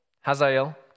Hazael